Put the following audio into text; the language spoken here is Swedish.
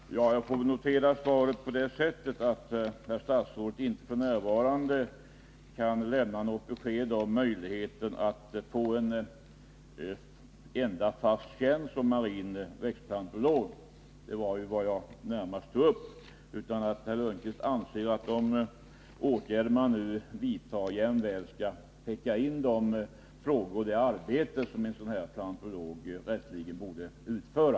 Herr talman! Jag får väl fatta svaret på det sättet att herr statsrådet inte f. n. kan lämna något besked om möjligheten att få en enda fast tjänst som marin växtplantolog, som ju var vad jag närmast tog upp, utan att herr Lundkvist anser att de åtgärder man nu vidtar jämväl skall täcka in det arbete som en sådan plantolog rätteligen borde utföra.